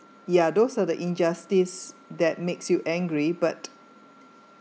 ya those are the injustice that makes you angry but